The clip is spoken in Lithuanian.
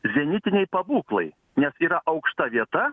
zenitiniai pabūklai nes yra aukšta vieta